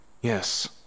Yes